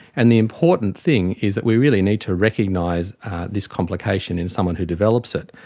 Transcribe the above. and the important thing is that we really need to recognise this complication in someone who develops it,